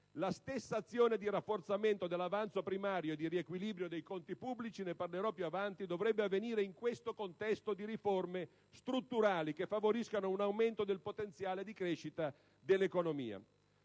La stessa azione di rafforzamento dell'avanzo primario e di riequilibrio dei conti pubblici (ne parlerò più avanti) dovrebbe avvenire in questo contesto di riforme strutturali, in modo tale da favorire un aumento del potenziale di crescita dell'economia.